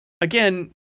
Again